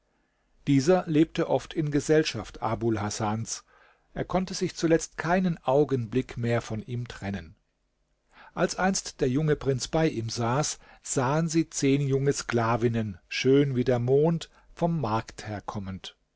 dieser lebte oft in gesellschaft abul hasans er konnte sich zuletzt keinen augenblick mehr von ihm trennen als einst der junge prinz bei ihm saß sahen sie zehn junge sklavinnen schön wie der mond vom markt herkommend